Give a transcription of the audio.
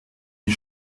die